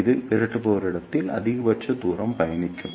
எனவே இது விரட்டுபவர் இடத்தில் அதிகபட்ச தூரம் பயணிக்கும்